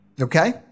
Okay